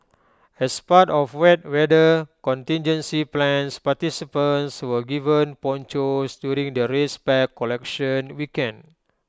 as part of wet weather contingency plans participants were given ponchos during the race pack collection weekend